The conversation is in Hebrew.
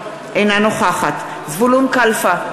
אינה נוכחת זבולון קלפה,